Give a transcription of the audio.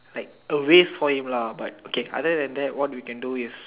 like a waste for him but okay other than that what we can do is